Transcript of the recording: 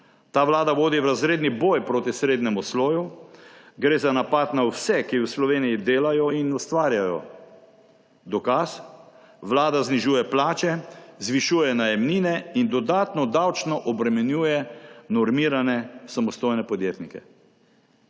Ta vlada vodi v razredni boj proti srednjemu sloju. Gre za napad na vse, ki v Sloveniji delajo in ustvarjajo. Dokaz: vlada znižuje plače, zvišuje najemnine in dodatno davčno obremenjuje normirane samostojne podjetnike.